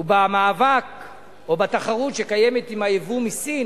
ובמאבק או בתחרות שקיימת עם היבוא מסין,